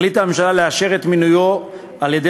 החליטה הממשלה לאשר את מינויו על-ידי